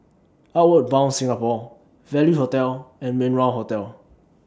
Outward Bound Singapore Value Hotel and Min Wah Hotel